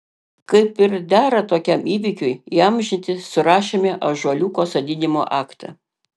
kaip ir dera tokiam įvykiui įamžinti surašėme ąžuoliuko sodinimo aktą